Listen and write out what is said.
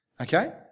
Okay